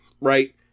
right